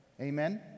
Amen